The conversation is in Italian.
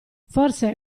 forse